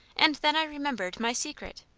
and then i remembered my secret